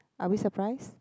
are we surprised